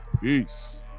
Peace